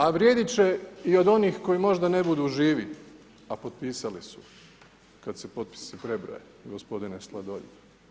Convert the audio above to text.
A vrijediti će i od onih koji možda ne budu živi, a potpisali su kada se potpisi prebroje, gospodine Sladoljev.